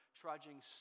trudging